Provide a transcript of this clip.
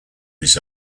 this